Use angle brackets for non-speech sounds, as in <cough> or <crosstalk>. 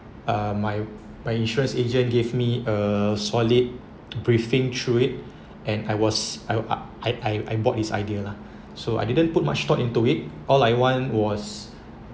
uh my my insurance agent gave me a solid <noise> briefing through it and I was I I I I bought this idea lah so I didn't put much thought into it all I want was